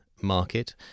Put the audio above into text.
market